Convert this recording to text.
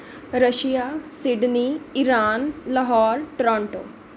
Russia Sydney Iran Lahore Toronto